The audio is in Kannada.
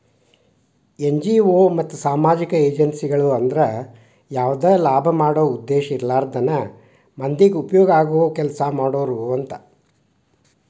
ಎನ್.ಜಿ.ಒ ಮತ್ತ ಸಾಮಾಜಿಕ ಏಜೆನ್ಸಿಗಳು ಅಂದ್ರ ಯಾವದ ಲಾಭ ಮಾಡೋ ಉದ್ದೇಶ ಇರ್ಲಾರ್ದನ ಮಂದಿಗೆ ಉಪಯೋಗ ಆಗೋ ಕೆಲಸಾ ಮಾಡೋರು ಅಂತ